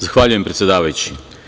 Zahvaljujem, predsedavajući.